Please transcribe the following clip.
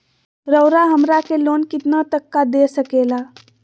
रउरा हमरा के लोन कितना तक का दे सकेला?